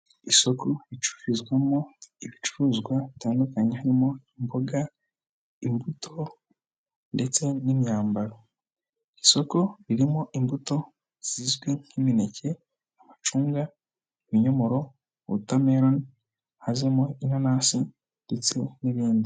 Isoko ricururizwamo, ibicuruzwa bitandukanye, haririmo; imboga, imbuto, ndetse n'imyambaro. Isoko ririmo imbuto, zizwi nk'imeke, amacunga, ibinyomoro, otamironi, harimo inanasi, ndetse n'ibindi.